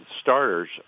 starters